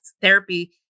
therapy